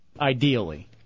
Ideally